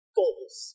goals